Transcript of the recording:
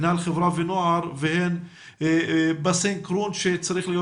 מינהל חברה ונוער והן בסנכרון שצריך להיות